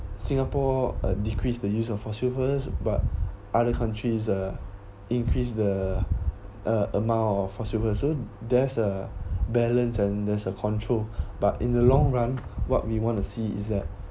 singapore uh decrease the use of fossil fuels but other countries uh increase the uh amount of fossil fuel there's a balance and there's a control but in the long run what we wanna see is that